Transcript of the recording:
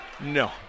No